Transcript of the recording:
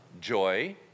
joy